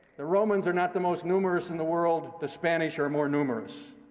the romans are not the most numerous in the world. the spanish are more numerous.